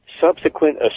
subsequent